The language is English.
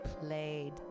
played